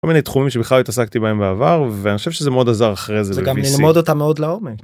כל מיני תחומים שבכלל לא התעסקתי בהם בעבר, ואני חושב שזה מאוד עזר אחרי זה גם ללמוד אותם עוד לעומק.